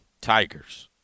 Tigers